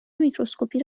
میکروسکوپی